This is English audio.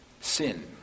sin